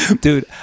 Dude